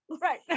Right